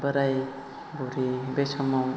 बोराय बुरै बे समाव